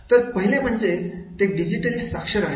तर पहिले म्हणजे ते डिजिटली साक्षर आहेत